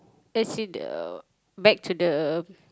as in the back to the